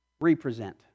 Represent